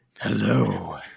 Hello